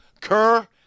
Kerr